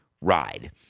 ride